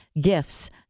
gifts